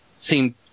seem